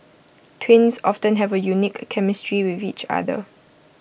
twins often have A unique chemistry with each other